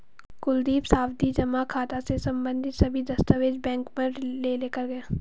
कुलदीप सावधि जमा खाता से संबंधित सभी दस्तावेज बैंक में लेकर गया